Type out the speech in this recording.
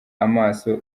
amaso